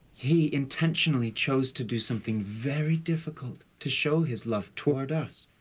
he intentionally chose to do something very difficult to show his love toward us.